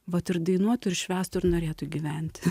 vat ir dainuotų ir švęstų ir norėtų gyventi